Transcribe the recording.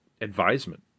advisement